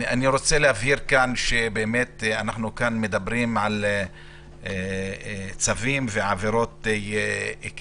אני רוצה להבהיר כאן שאנחנו כאן מדברים על צווים ועל עבירות קנס.